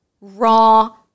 raw